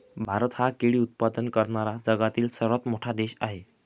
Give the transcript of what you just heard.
भारत हा केळी उत्पादन करणारा जगातील सर्वात मोठा देश आहे